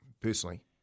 personally